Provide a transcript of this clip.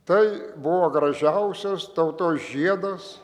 tai buvo gražiausias tautos žiedas